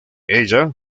ella